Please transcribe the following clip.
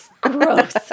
gross